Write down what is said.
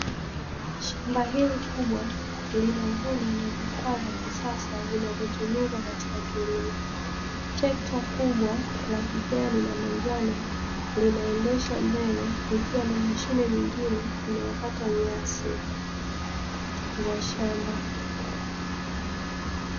Shamba hili kubwa linavunwa na vifaa vya kisasa vinavyotumika katika kilimo. Trekta kubwa la kijani na manjano linaendeshwa mbele likiwa na mashine nyingine inayokata nyasi za shamba.